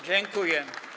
Dziękuję.